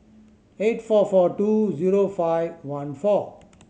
eight four four two zero five one four